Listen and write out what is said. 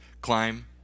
climb